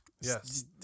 yes